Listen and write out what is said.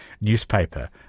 newspaper